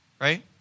right